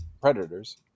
predators